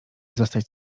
zostać